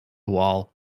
wall